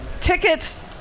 tickets